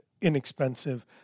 inexpensive